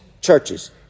churches